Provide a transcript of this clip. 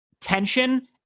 tension